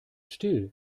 still